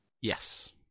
Yes